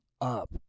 up